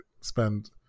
spend